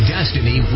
Destiny